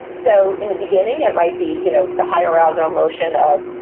so in the beginning, it might be, you know, the high arousal emotion of